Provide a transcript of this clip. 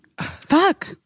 Fuck